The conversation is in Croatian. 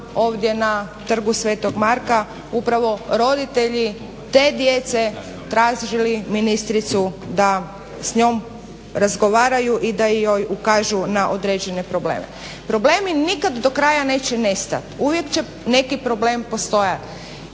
ovdje na Trgu sv. Marka upravo roditelji te djece tražili ministricu da s njom razgovaraju i da joj ukažu na određene probleme. Problemi nikad do kraja neće nestat, uvijek će neki problem postojat,